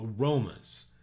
aromas